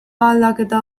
aldaketa